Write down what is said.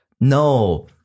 no